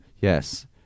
Yes